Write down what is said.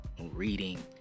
reading